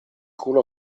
culo